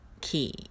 key